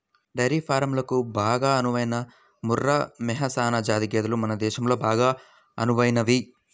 dairy ఫారంలకు బాగా అనువైన ముర్రా, మెహసనా జాతి గేదెలు మన దేశంలో బాగా అనువైనవి